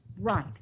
Right